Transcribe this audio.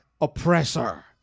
oppressor